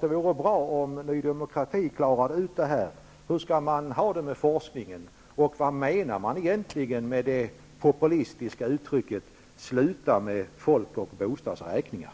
Det vore bra om Ny demokrati klarade ut detta. Hur skall man ha det med forskningen, och vad menar man egentligen med det populistiska uttrycket ''sluta med folk och bostadsräkningar''?